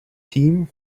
team